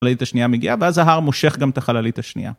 חללית השנייה מגיעה ואז ההר מושך גם את החללית השנייה.